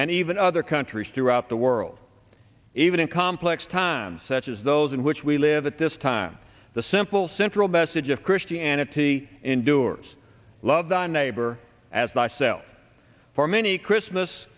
and even other countries throughout the world even in complex times such as those in which we live at this time the simple central message of christianity endures love thy neighbor as thyself for many christmas